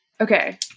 Okay